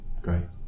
great